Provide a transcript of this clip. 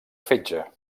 fetge